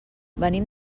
venim